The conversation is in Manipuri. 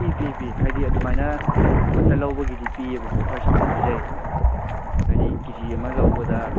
ꯄꯤ ꯄꯤ ꯄꯤ ꯍꯥꯏꯗꯤ ꯑꯗꯨꯃꯥꯏꯅ ꯄꯨꯟꯅ ꯂꯧꯕꯒꯤꯗꯤ ꯄꯤꯌꯦꯕꯀꯣ ꯑꯣꯐꯔ ꯆꯥꯎꯅ ꯄꯤꯖꯩ ꯍꯥꯏꯗꯤ ꯀꯦ ꯖꯤ ꯑꯃ ꯂꯧꯕꯗ